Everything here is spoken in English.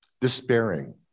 despairing